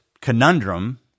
conundrum